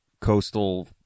coastal